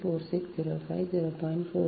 4605 0